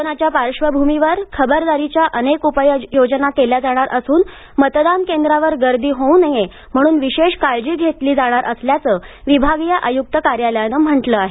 कोरोनाच्या पार्श्वभूमीवर खबरदारीच्या अनेक उपाययोजना केल्या जाणार असून मतदान केंद्रावर गर्दी होऊ नये म्हणून विशेष काळजी घेतली जाणार असल्याचं विभागीय आयुक्त कार्यालयानं म्हटलं आहे